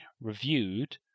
reviewed